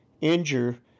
injure